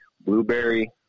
blueberry